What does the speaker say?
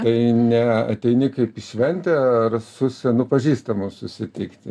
tai ne ateini kaip į šventę ar su senu pažįstamu susitikti